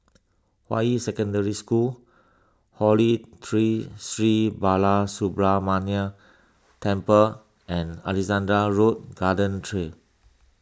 Hua Yi Secondary School Holy Tree Sri Balasubramaniar Temple and Alexandra Road Garden Trail